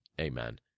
Amen